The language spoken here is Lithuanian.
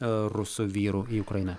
rusų vyrų į ukrainą